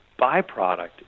byproduct